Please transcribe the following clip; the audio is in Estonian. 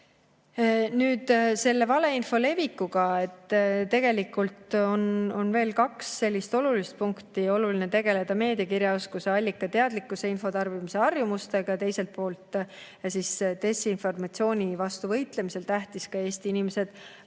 Nüüd, seoses valeinfo levikuga tegelikult on veel kaks sellist olulist punkti: oluline on tegeleda meediakirjaoskuse, allikateadlikkuse, info tarbimise harjumustega. Teiselt poolt on desinformatsiooni vastu võitlemisel tähtis ka see, et Eesti inimesed